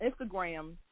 instagram